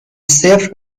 صفر